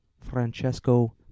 Francesco